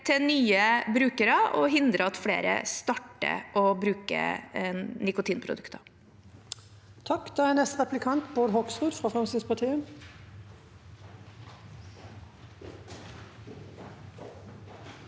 nye brukere og hindre at flere starter med å bruke nikotinprodukter.